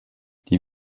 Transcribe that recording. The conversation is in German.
die